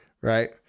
right